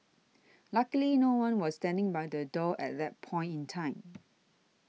luckily no one was standing by the door at that point in time